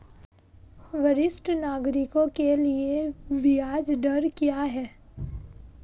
वरिष्ठ नागरिकों के लिए ब्याज दर क्या हैं?